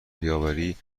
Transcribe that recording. بیاوری